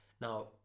Now